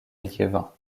liévin